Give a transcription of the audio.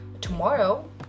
tomorrow